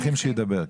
ידבר.